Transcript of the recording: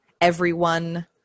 everyone-